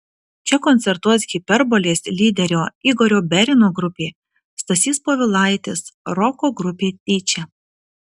čia koncertuos hiperbolės lyderio igorio berino grupė stasys povilaitis roko grupė tyčia